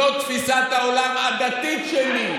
זאת תפיסת העולם הדתית שלי.